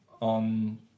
on